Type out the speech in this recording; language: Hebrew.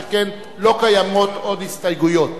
שכן לא קיימות עוד הסתייגויות.